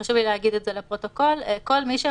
וחשוב לי להגיד את זה לפרוטוקול כל מי שהוא